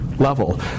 level